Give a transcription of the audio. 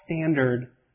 standard